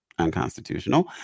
unconstitutional